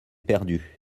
perdu